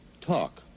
talk